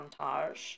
montage